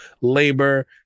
labor